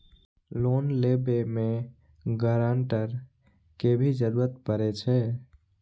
Loan लेबे में guarantor के भी जरूरी परे छै?